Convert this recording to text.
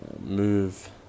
move